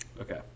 Okay